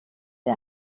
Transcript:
der